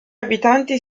abitanti